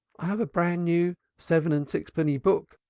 i have a bran-new seven and sixpenny book,